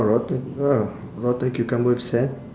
rotten ah rotten cucumber with sand